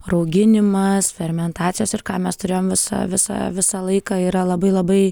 rauginimas fermentacijos ir ką mes turėjom visą visą visą laiką yra labai labai